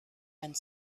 and